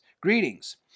greetings